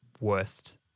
worst